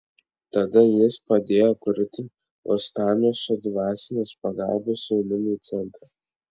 tada jis padėjo kurti uostamiesčio dvasinės pagalbos jaunimui centrą